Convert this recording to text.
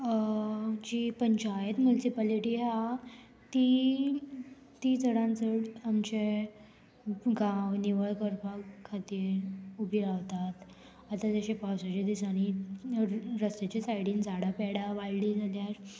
जी पंचायत मुन्सिपेलिटी आहा ती ती चडान चड आमचे गांव निवळ करपा खातीर उबी रावतात आतां जशे पावसाच्या दिसांनी रस्त्याच्या सायडीन झाडां पेडां वाडली जाल्यार